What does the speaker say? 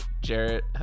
jarrett